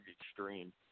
Extreme